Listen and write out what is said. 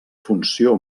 funció